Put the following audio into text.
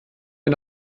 wir